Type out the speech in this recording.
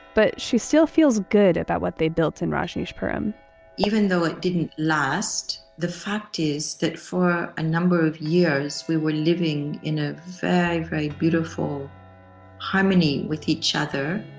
but she still feels good about what they built in rajneeshpuram even though it didn't last, the fact is that for a number of years we were living in a very, very beautiful harmony with each other,